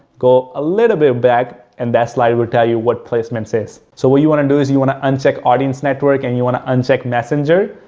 go a little bit back and that slide will tell you what placement says. so, what you want to do is you want to uncheck audience network and you want to uncheck messenger.